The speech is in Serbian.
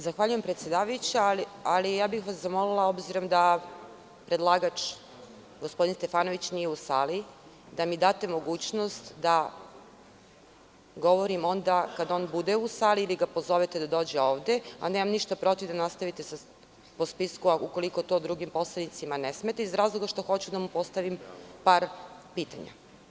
Zahvaljujem predsedavajuća, ali ja bih vas zamolila, obzirom da predlagač, gospodin Stefanović nije u sali, da mi date mogućnost da govorim onda kada on bude u sali, ili da ga pozovete da dođe ovde, a nemam ništa protiv da nastavite po spisku, ukoliko to drugim poslanicima ne smeta, iz razloga što hoću da mu postavim par pitanja.